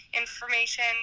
information